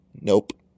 Nope